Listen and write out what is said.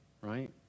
right